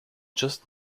just